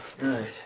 right